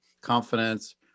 confidence